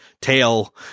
tail